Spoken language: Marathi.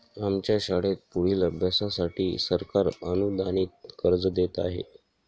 आमच्या शाळेत पुढील अभ्यासासाठी सरकार अनुदानित कर्ज देत आहे